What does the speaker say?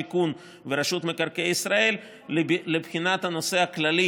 השיכון ורשות מקרקעי ישראל לבחינת הנושא הכללי